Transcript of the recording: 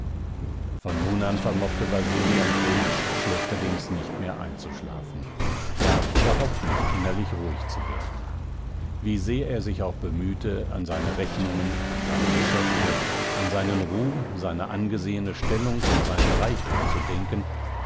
von nun an vermochte wasili andrejitsch schlechterdings nicht mehr einzuschlafen ja überhaupt nicht innerlich ruhig zu sein wie sehr er sich auch bemühte an seine rechnungen an seine geschäfte an seinen ruhm seine angesehene stellung und seinen reichtum zu denken